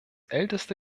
älteste